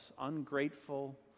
ungrateful